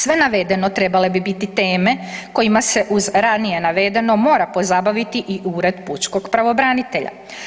Sve navedeno trebale bi biti teme kojima se uz ranije navedeno mora pozabaviti i Ured pučkog pravobranitelja.